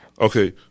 Okay